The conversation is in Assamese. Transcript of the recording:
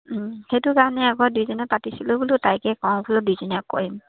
সেইটো কাৰণে আগতে দুইজনে পাতিছিলোঁ বোলো তাইকে কওঁ বোলো দুইজনীয়ে কৰিম